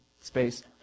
space